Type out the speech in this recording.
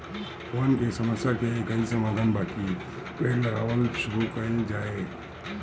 वन के समस्या के एकही समाधान बाकि पेड़ लगावल शुरू कइल जाए